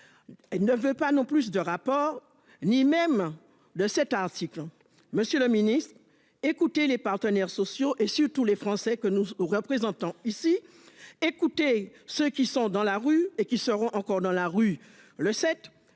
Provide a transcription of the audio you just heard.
Et ne veut pas non plus de rapports, ni même de cet article. Monsieur le Ministre, écoutez les partenaires sociaux et sur tous les Français que nous représentons ici. Écoutez, ceux qui sont dans la rue et qui seront encore dans la rue le